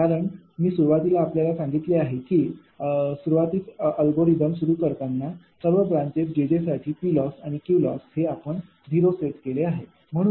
कारण मी सुरुवातीला आपल्याला सांगितले आहे की सुरुवातीस अल्गोरिदम सुरू करताना सर्व ब्रांचेस jj साठी Ploss आणि Qlossहे 0 सेट केले जाईल